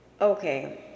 Okay